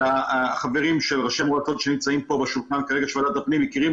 החברים ראשי המועצות שנמצאים כרגע סביב שולחן ועדת הפנים מכירים